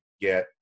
get